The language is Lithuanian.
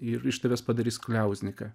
ir iš tavęs padarys kliauzniką